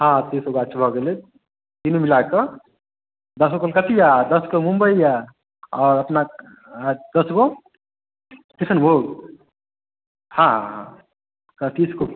हँ तीसगो गाछ भऽ गेलै तीनू मिलाए कऽ दश गो कलकतिया दश गो मुम्बइया आओर अपना दश गो किशनभोग हँ हँ तीसगो